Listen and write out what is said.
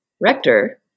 rector